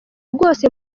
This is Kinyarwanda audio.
rwose